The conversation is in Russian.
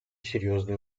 серьезное